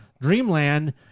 dreamland